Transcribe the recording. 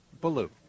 Baloo